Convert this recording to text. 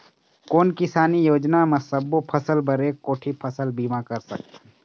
कोन किसानी योजना म सबों फ़सल बर एक कोठी फ़सल बीमा कर सकथन?